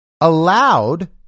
allowed